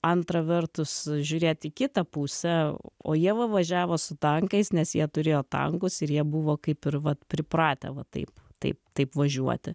antra vertus žiūrėt į kitą pusę o jie va važiavo su tankais nes jie turėjo tankus ir jie buvo kaip ir va pripratę va taip taip taip važiuoti